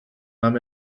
nahm